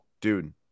dude